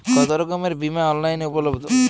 কতোরকমের বিমা অনলাইনে উপলব্ধ?